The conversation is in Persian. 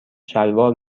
شلوار